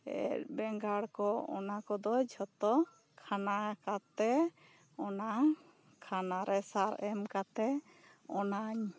ᱵᱮᱸᱜᱟᱲ ᱠᱚ ᱚᱱᱟ ᱠᱚᱫᱚ ᱡᱷᱚᱛᱚ ᱠᱷᱟᱱᱟ ᱠᱟᱛᱮᱜ ᱚᱱᱟ ᱠᱷᱟᱱᱟ ᱨᱮ ᱥᱟᱨ ᱮᱢ ᱠᱟᱛᱮᱜᱮ ᱚᱱᱟ